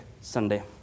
Sunday